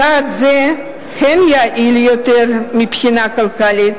צעד זה הן יעיל יותר מבחינה כלכלית